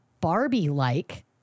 Barbie-like